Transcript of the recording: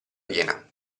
piena